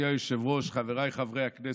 אדוני היושב-ראש, חבריי חברי הכנסת,